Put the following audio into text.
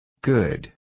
Good